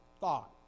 thought